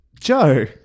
Joe